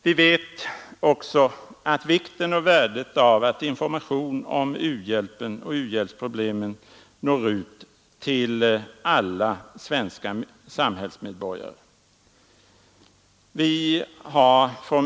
Vi vet också vikten och värdet av att information om u-hjälpen och u-hjälpsproblemen når ut till alla svenska samhällsmedborgare.